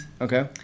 Okay